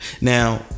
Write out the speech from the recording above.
now